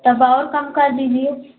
तब और कम कर दीजिए